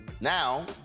now